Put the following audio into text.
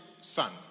son